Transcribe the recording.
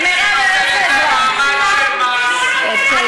מירב, אני לא צריכה